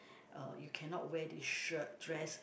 uh you cannot wear this shirt dress